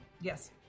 Yes